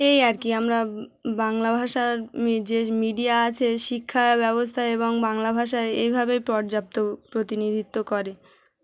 এই আর কি আমরা বাংলা ভাষার যে মিডিয়া আছে শিক্ষা ব্যবস্থা এবং বাংলা ভাষায় এইভাবেই পর্যাপ্ত প্রতিনিধিত্ব করে